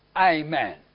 Amen